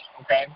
okay